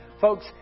Folks